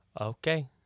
Okay